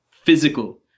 physical